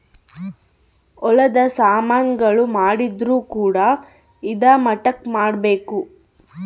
ಹೊಲದ ಸಾಮನ್ ಗಳು ಮಾಡಿದ್ರು ಕೂಡ ಇದಾ ಮಟ್ಟಕ್ ಮಾಡ್ಬೇಕು